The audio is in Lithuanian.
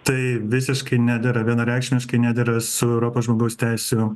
tai visiškai nedera vienareikšmiškai nedera su europos žmogaus teisių